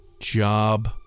job